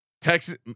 Texas